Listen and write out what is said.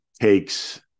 takes